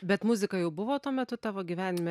bet muzika jau buvo tuo metu tavo gyvenime